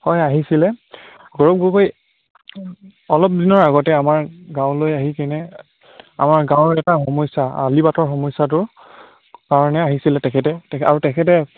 হয় আহিছিলে গৌৰৱ গগৈ অলপ দিনৰ আগতে আমাৰ গাঁৱলৈ আহি কিনে আমাৰ গাঁৱৰ এটা সমস্যা আলি বাটৰ সমস্যাটো কাৰণে আহিছিলে তেখেতে তেখ আৰু তেখেতে